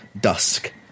dusk